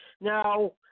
Now